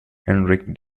enrique